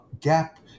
gap